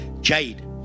Jade